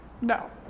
No